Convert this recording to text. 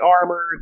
armored